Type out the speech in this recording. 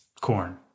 corn